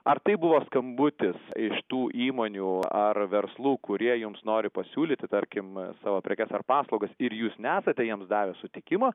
ar tai buvo skambutis iš tų įmonių ar verslų kurie jums nori pasiūlyti tarkim savo prekes ar paslaugas ir jūs nesate jiems davę sutikimą